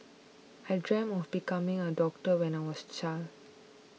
I dreamt of becoming a doctor when I was a child